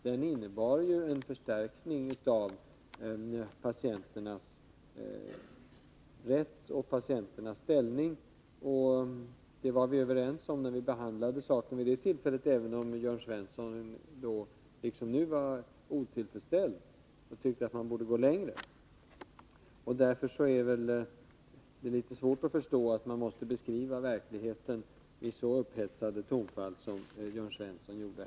Den innebar en förstärkning av patienternas rätt och ställning, och det var vi överens om när vi behandlade det ärendet, även om Jörn Svensson då liksom nu var otillfredsställd och tyckte att man borde gå längre. Mot denna bakgrund är det litet svårt att förstå att Jörn Svensson måste beskriva verkligheten i så upphetsade tongångar som han nu använde.